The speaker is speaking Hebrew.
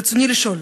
ברצוני לשאול: